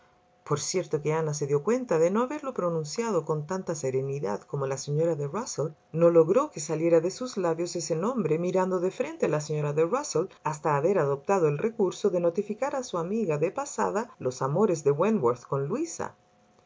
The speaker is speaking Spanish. por cierto que ana se dió cuenta de no haberlo pronunciado con tanta serenidad como la señora de rusell no logró que saliera de sus labios ese nombre mirando de frente a la señora de rusell hasta haber adoptado el recurso de notificar a su amiga de pasada los amores de wentworth con luisa